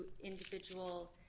individual